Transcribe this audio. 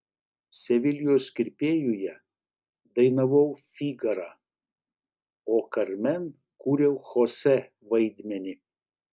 sevilijos kirpėjuje dainavau figarą o karmen kūriau chosė vaidmenį